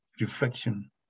reflection